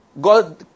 God